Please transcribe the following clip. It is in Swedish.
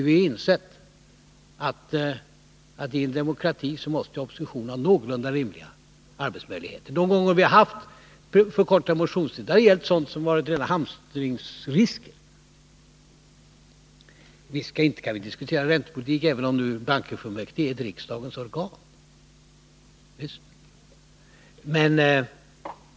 Vi har insett att i en demokrati måste oppositionen ha någorlunda rimliga arbetsmöjligheter. De gånger då vi har föreslagit förkortad motionstid har det gällt sådant som inneburit rena hamstringsrisker. Visst kan vi diskutera räntepolitik, även om nu bankofullmäktige är ett riksdagens organ.